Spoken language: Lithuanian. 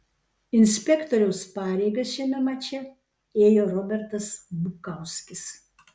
inspektoriaus pareigas šiame mače ėjo robertas bukauskis